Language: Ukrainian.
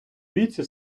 віці